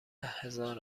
هزار